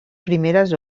primeres